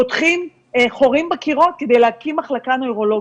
פותחים חורים בקירות כדי להקים מחלקה נוירולוגית.